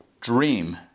dream